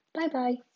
Bye-bye